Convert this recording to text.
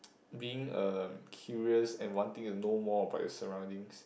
being uh curious and wanting to know more about your surroundings